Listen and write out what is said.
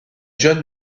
john